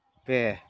ᱯᱮ